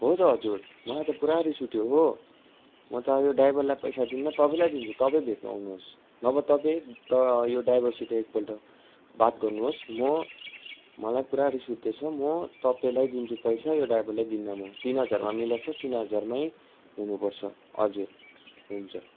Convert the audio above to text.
हो त हजुर मलाई त पुरा रिस उठ्यो हो म त यो ड्राइभरलाई पैसा दिन्न तपाईँलाई दिन्छु तपाईँ भेट्नु आउनुहोस् नभए तपाईँ त यो ड्राइभरसित एकपल्ट बात गर्नुहोस् म मलाई पुरा रिस उठ्दैछ म तपाईँलाई दिन्छु पैसा यो ड्राइभरलाई दिन्न म तिन हजारमा मिलाएको तिन हजारमै हुनु पर्छ हजुर हुन्छ